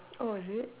oh is it